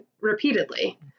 repeatedly